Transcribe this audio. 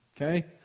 Okay